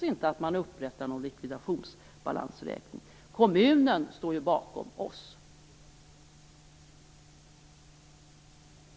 inte behövde upprätta någon likvidationsbalansräkning eftersom kommunen stod bakom bolaget.